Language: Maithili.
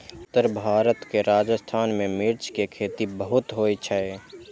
उत्तर भारत के राजस्थान मे मिर्च के खेती बहुत होइ छै